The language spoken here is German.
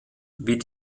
wie